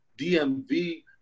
DMV